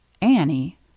Annie